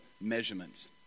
measurements